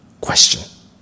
question